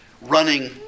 running